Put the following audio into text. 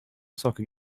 soccer